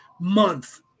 month